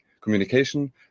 communication